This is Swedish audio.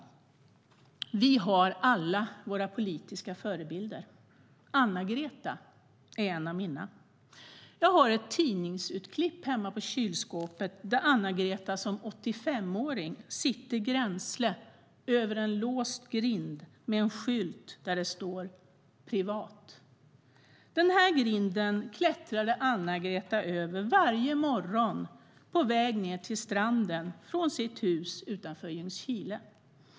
Vi har alla våra politiska förebilder. Anna-Greta är en av mina. Jag har ett tidningsurklipp hemma på kylskåpet där Anna-Greta som 85-åring sitter gränsle över en låst grind med en skylt där det står "Privat". Den här grinden klättrade Anna-Greta över varje morgon på väg ned till stranden från sitt hus utanför Ljungskile.